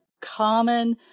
common